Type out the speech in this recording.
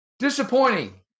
Disappointing